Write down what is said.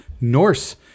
norse